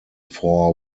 four